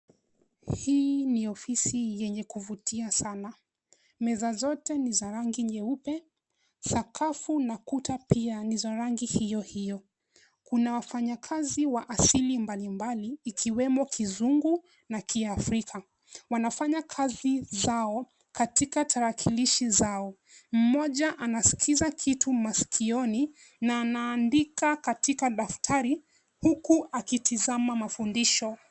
Hii ni ofisi yenye kuvutia sana, meza zote ni za rangi nyeupe, sakafu na kuta pia ni ya rangi hio hio. Kuna wafanyakazi wa asili mbalimbali ikiwemo Kizungu na Kiafrika. Wanafanya kazi zao katika tarakilishi zao, mmoja anaskiza kitu maskioni na anaandika katika daftari huku akitizama mafundisho.